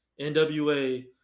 NWA